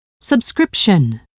subscription